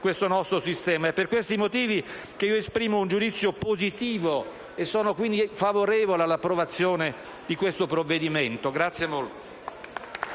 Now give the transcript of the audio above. questo nostro sistema. È per questi motivi che esprimo un giudizio positivo e sono quindi favorevole all'approvazione di questo provvedimento.